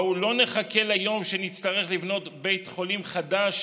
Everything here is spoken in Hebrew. בואו לא נחכה ליום שנצטרך לבנות בית חולים חדש